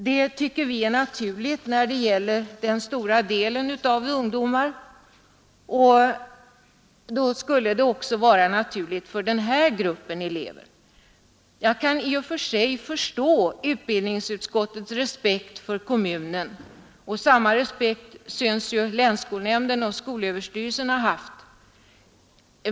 Det tycker vi är naturligt för den stora delen av ungdomar, och då borde det också vara naturligt för den här gruppen elever. Jag kan i och för sig förstå utbildningsutskottets respekt för kommunen. Samma respekt synes länsskolnämnden och skolöverstyrelsen ha haft.